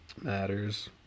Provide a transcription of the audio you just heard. matters